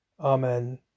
amen